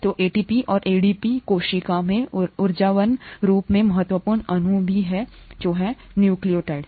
तो एटीपी और एडीपी कोशिका में ऊर्जावान रूप से महत्वपूर्ण अणु भी हैं न्यूक्लियोटाइड